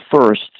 first